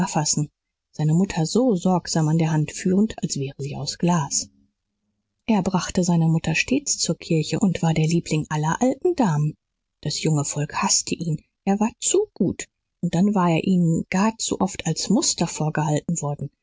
seine mutter so sorgsam an der hand führend als wäre sie aus glas er brachte seine mutter stets zur kirche und war der liebling aller alten damen das junge volk haßte ihn er war zu gut und dann war er ihnen gar zu oft als muster vorgehalten worden